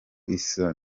isa